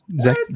Zach